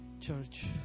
Church